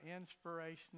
inspiration